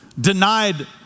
denied